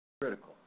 critical